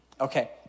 Okay